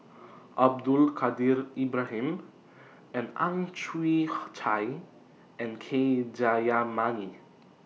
Abdul Kadir Ibrahim Ang Chwee Chai and K Jayamani